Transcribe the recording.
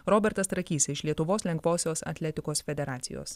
robertas trakys iš lietuvos lengvosios atletikos federacijos